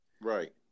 Right